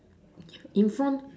in front